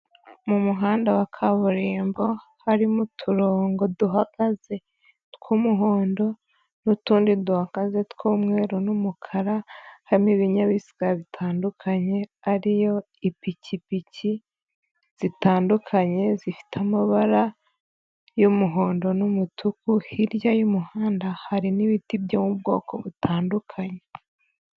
Mu muhanda wa kaburimbo harimo uturongo duhagaze tw'umuhondo n'utundi duhagaze tw'umweru n'umukara, harimo ibinyabiziga bitandukanye, ariyo ipikipiki zitandukanye zifite amabara y'umuhondo n'umutuku, hirya y'umuhanda hari n'ibiti byo mu bwoko butandukanye.